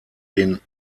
den